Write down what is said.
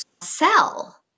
sell